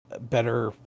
better